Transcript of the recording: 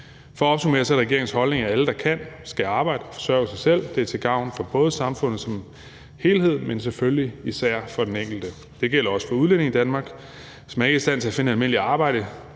For at opsummere er regeringens holdning, at alle, der kan, skal arbejde og forsørge sig selv. Det er til gavn for både samfundet som helhed, men selvfølgelig især for den enkelte. Det gælder også for udlændinge i Danmark. Hvis ikke man er i stand til at finde et almindeligt arbejde,